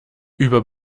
über